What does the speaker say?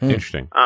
Interesting